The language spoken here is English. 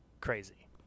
crazy